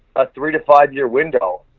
a three to five year window,